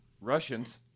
Russians